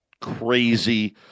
crazy